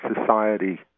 society